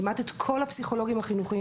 כמעט את כל הפסיכולוגים החינוכיים